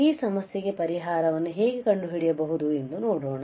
ಈ ಸಮಸ್ಯೆಗೆ ಪರಿಹಾರವನ್ನು ಹೇಗೆ ಕಂಡುಹಿಡಿಯಬಹುದು ಎಂದು ನೋಡೋಣ